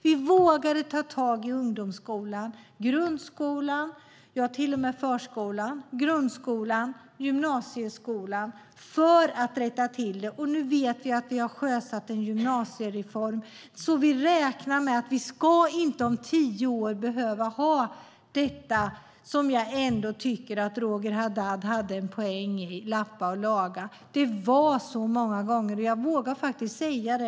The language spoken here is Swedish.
Vi vågade ta tag i ungdomsskolan, grundskolan, till och med förskolan, och gymnasieskolan, för att rätta till förhållandena. Nu vet vi att vi har sjösatt en gymnasiereform, och vi räknar med att vi inte om tio år ska behöva, som jag ändå tycker att Roger Haddad hade en poäng i, lappa och laga. Det var så många gånger. Jag vågar faktiskt säga det.